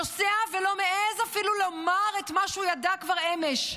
נוסע ואפילו לא מעז לומר את מה שהוא ידע כבר אמש,